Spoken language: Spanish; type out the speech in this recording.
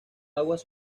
aguas